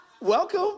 welcome